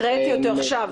אנרגיה -- הקראתי עכשיו.